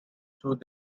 through